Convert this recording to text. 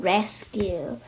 Rescue